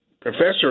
professor